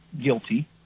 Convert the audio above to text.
guilty